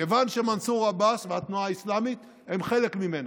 כיוון שמנסור עבאס והתנועה האסלאמית הם חלק ממנה.